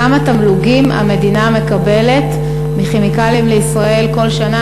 כמה תמלוגים המדינה מקבלת מ"כימיקלים לישראל" כל שנה,